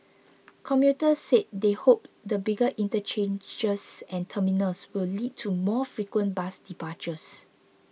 commuters said they hoped the bigger interchanges and terminals will lead to more frequent bus departures